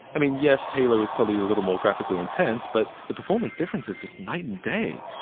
i mean yes, halo is probably a little more graphically intense, but the performance difference is just night and day.